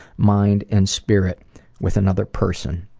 mind, and spirit with another person.